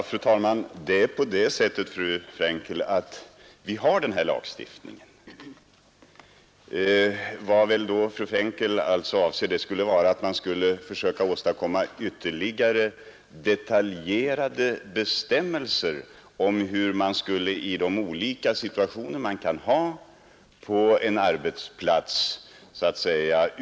Fru talman! Vi har redan en sådan lagstiftning, fru Frenkel. Vad fru Frenkel avser är väl att man skulle försöka åstadkomma ytterligare detaljerade bestämmelser om hur skydden skall utformas i de olika situationer som kan förekomma på en arbetsplats.